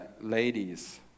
ladies